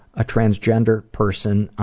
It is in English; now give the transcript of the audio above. a transgender person